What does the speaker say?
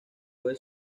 puede